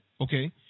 Okay